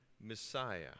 Messiah